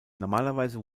normalerweise